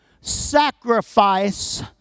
sacrifice